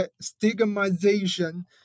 stigmatization